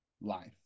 life